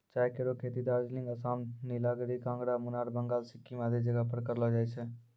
चाय केरो खेती दार्जिलिंग, आसाम, नीलगिरी, कांगड़ा, मुनार, बंगाल, सिक्किम आदि जगह पर करलो जाय छै